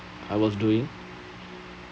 I was doing